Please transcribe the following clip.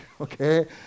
okay